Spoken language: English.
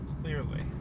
Clearly